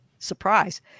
Surprise